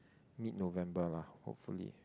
mid November lah hopefully